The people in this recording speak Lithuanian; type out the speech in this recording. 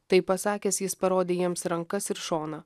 tai pasakęs jis parodė jiems rankas ir šoną